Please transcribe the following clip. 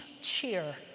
cheer